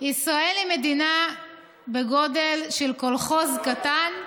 ישראל היא מדינה בגודל של קולחוז קטן,